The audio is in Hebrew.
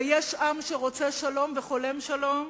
ויש עם שרוצה שלום וחולם שלום,